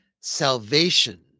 salvation